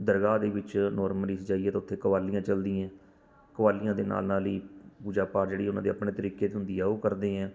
ਦਰਗਾਹ ਦੇ ਵਿੱਚ ਨੋਰਮਲੀ ਅਸੀਂ ਜਾਈਏ ਤਾਂ ਉੱਥੇ ਕਵਾਲੀਆਂ ਚੱਲਦੀਆਂ ਕਵਾਲੀਆਂ ਦੇ ਨਾਲ ਨਾਲ ਹੀ ਪੂਜਾ ਪਾਠ ਜਿਹੜੀ ਉਹਨਾਂ ਦੀ ਆਪਣੇ ਤਰੀਕੇ ਦੀ ਹੁੰਦੀ ਉਹ ਕਰਦੇ ਹੈ